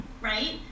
Right